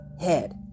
head